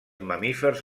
mamífers